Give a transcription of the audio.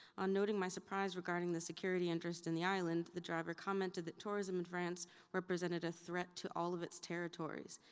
on noting my surprise regarding the security interest in the island, the driver commented that tourism in france represented a threat to all of its territories.